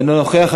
אינו נוכח.